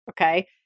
okay